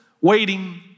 waiting